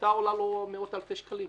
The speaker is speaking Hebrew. היתה עולה לו מאות-אלפי שקלים.